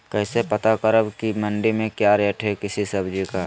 कैसे पता करब की मंडी में क्या रेट है किसी सब्जी का?